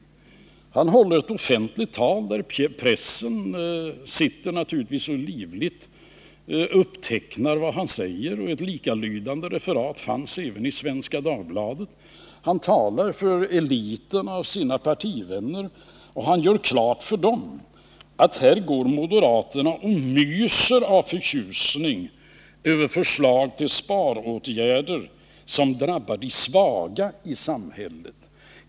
Ola Ullsten håller ett offentligt tal, som pressen naturligtvis livligt upptecknar. Ett likalydande referat fanns även i Svenska Dagbladet. Ola Ullsten talar för eliten bland sina partivänner och gör klart för dem att här går moderaterna och myser av förtjusning över förslag till sparåtgärder som drabbar de svaga i samhället.